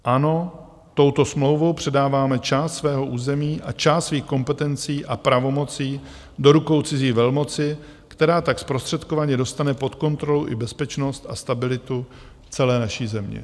Ano, touto smlouvou předáváme část svého území a část svých kompetencí a pravomocí do rukou cizí velmoci, která tak zprostředkovaně dostane pod kontrolu i bezpečnost a stabilitu celé naší země.